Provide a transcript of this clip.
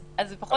אז זה פחות בעיה.